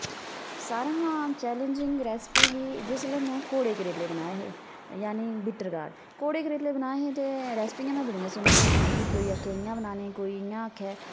सारें हां challenging recipe ही जिसलै में कोड़े करेले बनाए हे यानि बिट्टर गार्ड कोडे करेले बनाए हे ते रैसपियां मैं बड़ियां सुनी दियां हियां कोई आक्खे इ'यां बनाने कोई इ'यां आक्खे